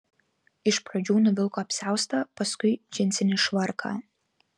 iš pradžių nuvilko apsiaustą paskui džinsinį švarką